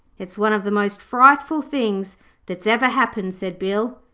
it's one of the most frightful things that's ever happened said bill.